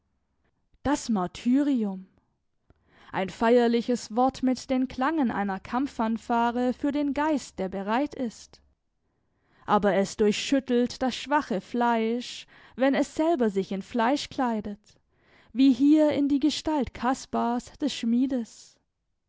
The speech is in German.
das martyrium ein feierliches wort mit den klangen einer kampffanfare für den geist der bereit ist aber es durchschüttelt das schwache fleisch wenn es selber sich in fleisch kleidet wie hier in die gestalt kaspars des schmiedes